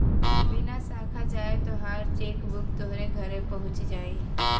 बिना साखा जाए तोहार चेकबुक तोहरे घरे पहुच जाई